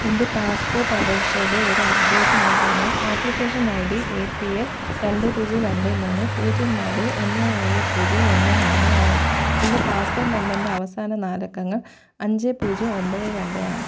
എന്റെ പാസ്പ്പോട്ട് അപേക്ഷയുടെ ഒരു അപ്ഡേറ്റ് നൽകാമോ application I D A P L രണ്ട് പൂജ്യം രണ്ട് മൂന്ന് പൂജ്യം നാല് ഒന്ന് ഏഴ് പൂജ്യം ഒന്ന് മൂന്ന് ആണ് എന്റെ പാസ്പ്പോട്ട് നമ്പറിന്റെ അവസാന നാല് അക്കങ്ങൾ അഞ്ച് പൂജ്യം ഒമ്പത് രണ്ട് ആണ്